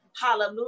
Hallelujah